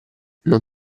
non